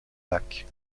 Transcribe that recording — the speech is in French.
lac